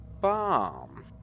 bomb